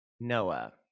Noah